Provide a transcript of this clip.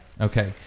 okay